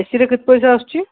ଏସିରେ କେତେ ପଇସା ଆସୁଛି